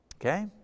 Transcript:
Okay